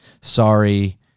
Sorry